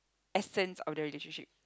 essence of the relationship